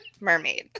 mermaid